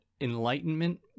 Enlightenment